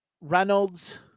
Reynolds